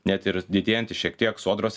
net ir didėjantį šiek tiek sodros